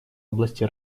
области